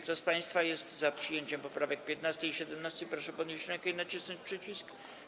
Kto z państwa jest za przyjęciem poprawek 15. i 17., proszę podnieść rękę i nacisnąć przycisk.